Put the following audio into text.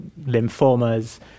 Lymphomas